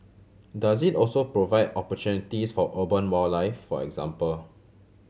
does it also provide opportunities for urban wildlife for example